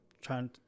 trying